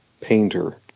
Painter